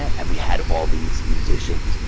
and we had all these musicians.